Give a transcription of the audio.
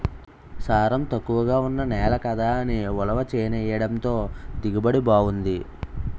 సారం తక్కువగా ఉన్న నేల కదా అని ఉలవ చేనెయ్యడంతో దిగుబడి బావుంది